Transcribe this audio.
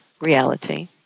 reality